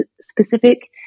specific